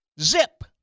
Zip